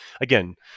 again